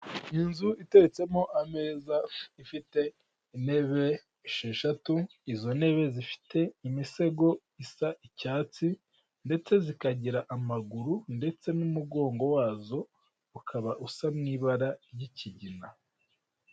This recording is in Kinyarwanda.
Inzu iteretsemo ameza, ifite intebe esheshatu, izo ntebe zifite imisego isa icyatsi, ndetse zikagira amaguru, ndetse n'umugongo wazo ukaba usa n'ibara ry'ikigina.